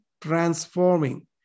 transforming